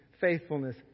faithfulness